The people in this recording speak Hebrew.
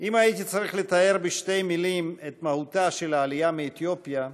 אם הייתי צריך לתאר בשתי מילים קצרות את מהותה של העלייה מאתיופיה,